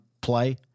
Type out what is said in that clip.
play